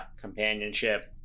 companionship